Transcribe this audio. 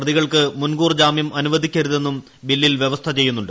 പ്രതികൾക്ക് മുൻകൂർജാമ്യം അനുവദിക്കരുതെന്നും ബില്ലിൽ വ്യവസ്ഥ ചെയ്യുന്നുണ്ട്